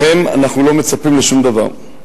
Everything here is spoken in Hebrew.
מהם אנחנו לא מצפים לשום דבר.